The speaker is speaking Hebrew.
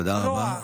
תודה רבה.